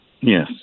Yes